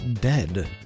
dead